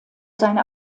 seine